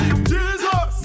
Jesus